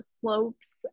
slopes